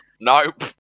Nope